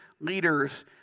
leaders